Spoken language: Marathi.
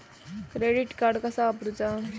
क्रेडिट कार्ड कसा वापरूचा?